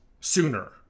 sooner